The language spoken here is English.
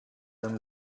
them